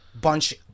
bunch